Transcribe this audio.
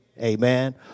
Amen